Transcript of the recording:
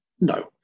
No